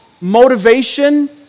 motivation